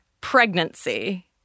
pregnancy